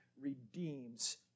redeems